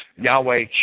Yahweh